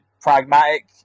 pragmatic